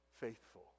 faithful